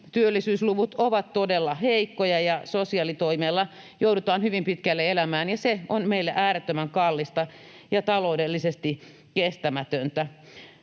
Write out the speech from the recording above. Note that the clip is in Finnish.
työllisyysluvut ovat todella heikkoja, ja sosiaalitoimella joudutaan hyvin pitkälle elämään. Se on meille äärettömän kallista ja taloudellisesti kestämätöntä.